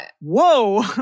Whoa